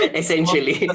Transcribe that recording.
essentially